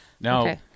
Now